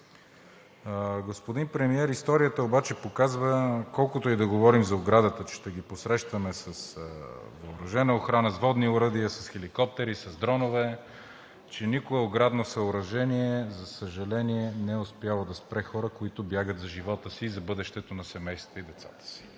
Господин Премиер, историята обаче показва, колкото и да говорим за оградата, че ще ги посрещаме с въоръжена охрана, с водни оръдия, с хеликоптери, с дронове, че никое оградно съоръжение, за съжаление, не е успяло да спре хора, които бягат за живота си и за бъдещето на семействата и децата си.